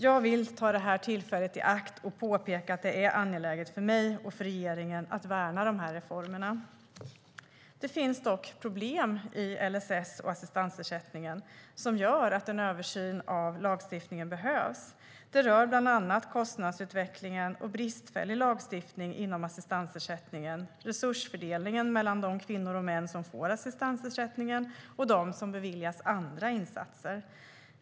Jag vill här ta tillfället i akt att påpeka att det är angeläget för mig och för regeringen att värna dessa reformer. Det finns dock problem i LSS och assistansersättningen som gör att en översyn av lagstiftningen behövs. Det rör bland annat kostnadsutvecklingen och bristfällig lagstiftning inom assistansersättningen, resursfördelning mellan de kvinnor och män som får assistansersättning och dem som beviljas andra insatser.